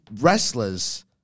wrestlers